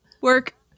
work